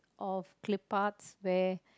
of clip arts where